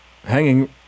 Hanging